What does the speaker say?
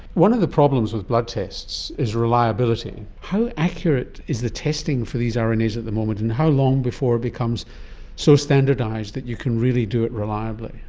one of the problems with blood tests is reliability. how accurate is the testing for these rnas at the moment and how long before it becomes so standardised that you can really do it reliably?